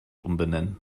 umbenennen